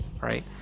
right